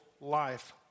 life